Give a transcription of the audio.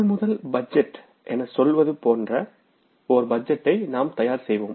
கொள்முதல் பட்ஜெட் என சொல்வது போன்ற ஓர் பட்ஜெட்டை நாம் தயார் செய்வோம்